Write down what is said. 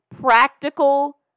practical